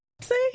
see